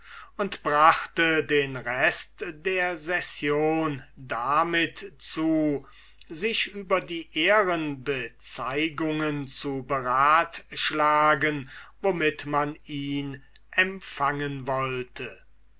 und brachte den rest der session damit zu sich über die ehrenbezeugungen zu beratschlagen womit man ihn empfangen wollte